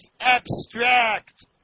abstract